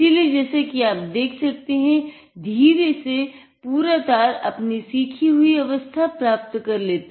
इसिलए जैसा कि आप देख सकते हैं धीरे से पूरा तार अपनी सीखी हुई अवस्था प्राप्त कर लेता है